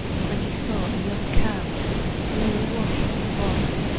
when he saw a young cow slowly walking before him.